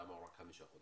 למה הוא אורך 5 חודשים.